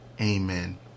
Amen